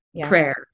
prayer